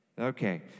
Okay